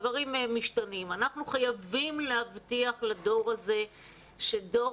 משתנה וחייבים להבטיח לדור הזה שתווית "דור